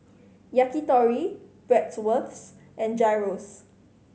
Yakitori Bratwurst and Gyros